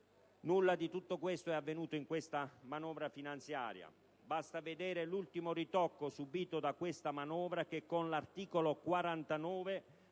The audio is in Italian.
Nulla di tutto ciò è avvenuto in questa manovra finanziaria. Basta vedere l'ultimo ritocco subito da questa manovra, che con l'articolo 49